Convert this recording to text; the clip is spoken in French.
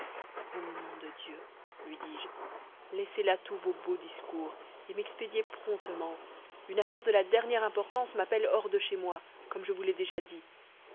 au nom de dieu lui dis-je laissez là tous vos beaux discours et m'expédiez promptement une affaire de la dernière importance m'appelle hors de chez moi comme je vous l'ai déjà dit